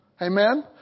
Amen